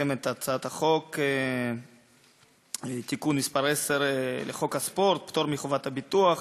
הצעת חוק הספורט (תיקון מס' 10) (פטור מחובת ביטוח),